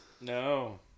No